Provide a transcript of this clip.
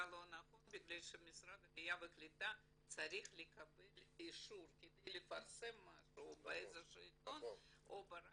בגלל שמשרד העלייה והקליטה צריך לפרסם משהו באיזה שהוא עיתון או ברדיו,